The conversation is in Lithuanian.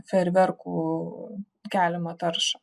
ferverkų keliamą taršą